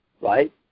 right